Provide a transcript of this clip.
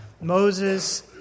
Moses